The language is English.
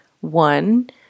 one